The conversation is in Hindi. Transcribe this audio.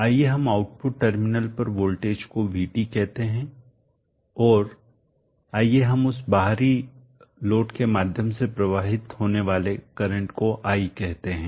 आइए हम आउटपुट टर्मिनल पर वोल्टेज को VT कहते हैं और आइए हम उस बाहरी लोड के माध्यम से प्रवाहित होने वाले करंट को i कहते हैं